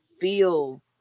feel